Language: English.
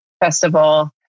festival